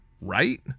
right